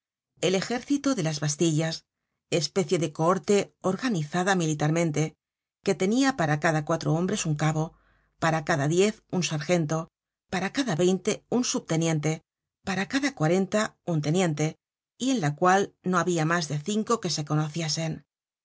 el ejército de las bastillas especie de cohorte organizada militarmente que tenia para cada cuatro hombres un cabo para cada diez un sargento para cada veinte un subteniente para cada cuarenta un teniente y en la cual no habia mas de cinco que se